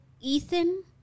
Ethan